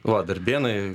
va darbėnai